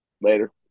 Later